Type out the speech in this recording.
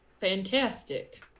Fantastic